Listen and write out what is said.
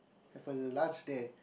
have a lunch there